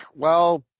well,